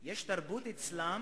יש תרבות אצלם